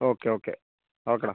okay okay okay എടാ